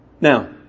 Now